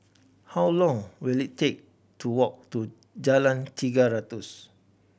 how long will it take to walk to Jalan Tiga Ratus